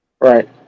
right